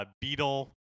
beetle